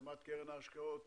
הקמת קרן ההשקעות